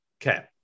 Okay